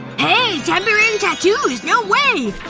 hey! temporary tattoos! no way!